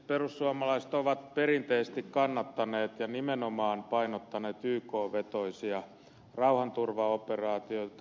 perussuomalaiset ovat perinteisesti kannattaneet ja nimenomaan painottaneet yk vetoisia rauhanturvaoperaatioita